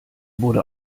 wurde